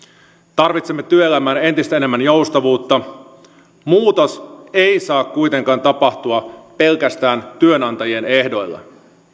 tarvitsemme työelämään entistä enemmän joustavuutta muutos ei saa kuitenkaan tapahtua pelkästään työnantajien ehdoilla